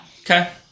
Okay